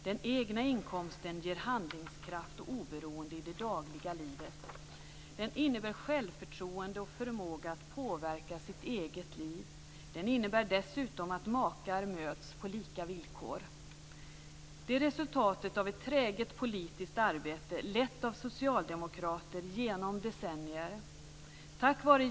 Den egna inkomsten ger handlingskraft och oberoende i det dagliga livet. Den innebär självförtroende och förmåga att påverka sitt eget liv. Den innebär dessutom att makar möts på lika villkor. Detta är resultatet av ett träget politiskt arbete lett av socialdemokrater genom decennier.